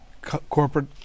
corporate